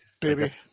baby